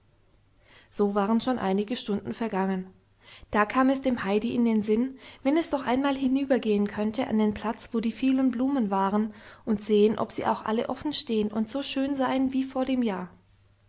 so waren schon einige stunden vergangen da kam es dem heidi in den sinn wenn es doch einmal hinübergehen könnte an den platz wo die vielen blumen waren und sehen ob sie auch alle offenstehen und so schön seien wie vor dem jahr